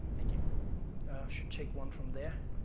thank you. i should take one from there.